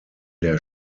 der